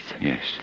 Yes